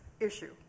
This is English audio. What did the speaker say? Issue